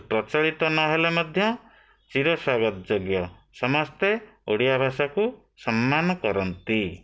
ପ୍ରଚଳିତ ନହେଲେ ମଧ୍ୟ ଚିର ସ୍ଵାଗତ ଯୋଗ୍ୟ ସମସ୍ତେ ଓଡ଼ିଆ ଭାଷାକୁ ସମ୍ମାନ କରନ୍ତି